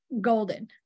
golden